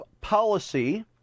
policy